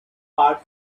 part